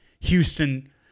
Houston